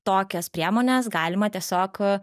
tokias priemones galima tiesiog